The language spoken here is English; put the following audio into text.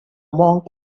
monk